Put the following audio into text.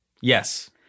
Yes